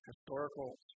historical